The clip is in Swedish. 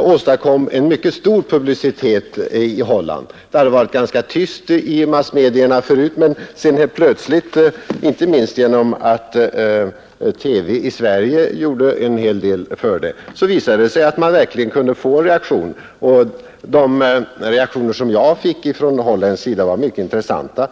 åstadkom en mycket stor publicitet i Holland. Det hade tidigare varit ganska tyst i massmedierna, men sedan helt plötsligt, inte minst genom att TV i Sverige gjorde en hel del, visade det sig att man verkligen kunde få en reaktion. De reaktioner jag mötte från holländsk sida var mycket intressanta.